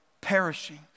perishing